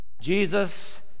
jesus